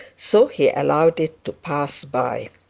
so he allowed it to pass by.